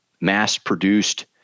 mass-produced